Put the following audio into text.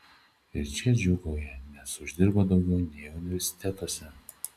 ir šie džiūgauja nes uždirba daugiau nei universitetuose